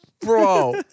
bro